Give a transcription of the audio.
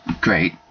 Great